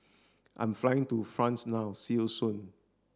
I'm flying to France now see you soon